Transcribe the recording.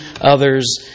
others